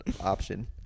option